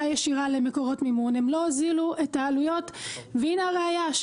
ישירה למקורות המימון הם לא הוזילו את העלויות והנה הראיה,